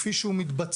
כפי שהוא מתבצע,